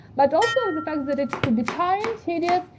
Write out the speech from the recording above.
but also the fact that it could be time and tedious,